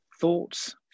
Thoughts